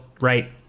Right